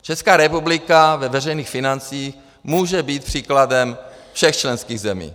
Česká republika ve veřejných financích může být příkladem všech členských zemí.